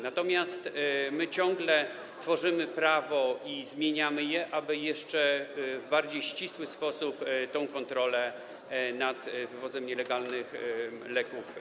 Natomiast my ciągle tworzymy prawo i zmieniamy je, aby jeszcze w bardziej ścisły sposób mieć tę kontrolę nad wywozem nielegalnych leków.